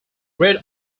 red